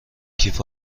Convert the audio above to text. کیف